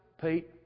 Pete